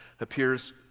appears